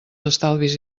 estalvis